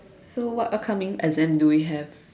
so what upcoming exam do we have